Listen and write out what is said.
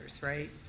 right